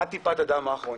עד טיפת הדם האחרונה.